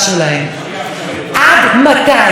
עד מתי אני,